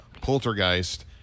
Poltergeist